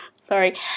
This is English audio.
sorry